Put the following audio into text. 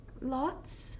Lots